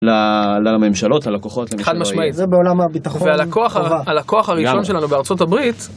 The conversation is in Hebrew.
לממשלות, ללקוחות, לנשיאות. חד משמעית. זה בעולם הביטחון חובה. והלקוח הראשון שלנו בארה״ב